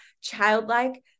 childlike